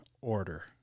order